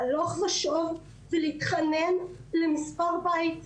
הולך ושוב ולהתחנן למספר בית,